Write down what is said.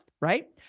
Right